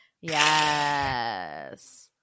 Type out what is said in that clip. Yes